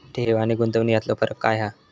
ठेव आनी गुंतवणूक यातलो फरक काय हा?